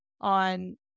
on